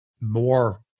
more